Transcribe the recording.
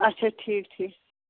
اَچھا ٹھیٖک ٹھیٖک